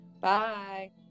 Bye